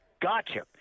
Gotcha